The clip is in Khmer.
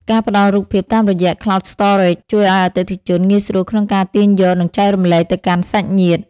ការផ្ដល់រូបភាពតាមរយៈ Cloud Storage ជួយឱ្យអតិថិជនងាយស្រួលក្នុងការទាញយក និងចែករំលែកទៅកាន់សាច់ញាតិ។